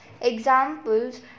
Examples